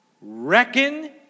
Reckon